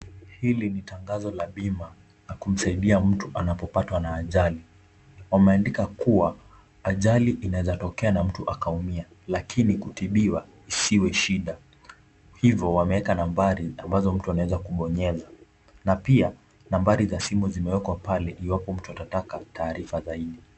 Hili ni tangazo la bima, la kumsaidia mtu anapopatwa na ajali. Wameandika kuwa, ajali inawezatokea na mtu akaumia lakini kutibiwa isiwe shida. Hivo wameweka nambari ambazo mtu anaweza kubonyeza na pia nambari za simu zimewekwa pale iwapo mtu atataka taarifa zaidi.